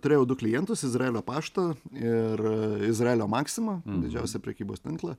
turėjau du klientus izraelio paštą ir izraelio maksimą didžiausią prekybos tinklą